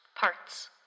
parts